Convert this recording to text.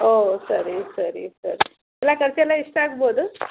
ಓಹ್ ಸರಿ ಸರಿ ಸರ್ ಎಲ್ಲ ಖರ್ಚು ಎಲ್ಲ ಎಷ್ಟು ಆಗ್ಬೋದು